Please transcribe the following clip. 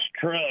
truck